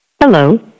Hello